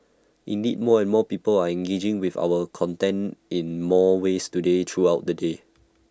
indeed more and more people are engaging with our content in more ways today throughout the day